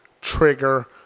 trigger